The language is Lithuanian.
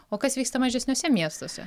o kas vyksta mažesniuose miestuose